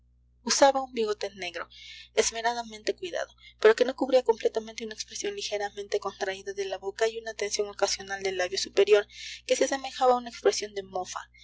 usaba un bigote negro esmeradamente cuidado pero que no cubría completamente una expresión ligeramente contraída de la boca y una tensión ocasional del labio superior que se asemejaba a una expresión de mofa